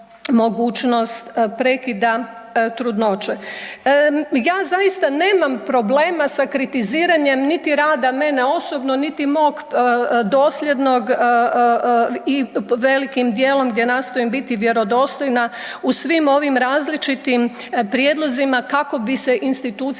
Ja zaista nemam problema sa kritiziranje niti rada mene osobno, niti mog dosljednog i velikim dijelom gdje nastojim biti vjerodostojna u svim ovim različitim prijedlozima kako bi se institucija